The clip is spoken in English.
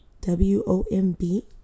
W-O-M-B